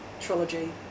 trilogy